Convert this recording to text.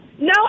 No